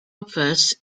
obverse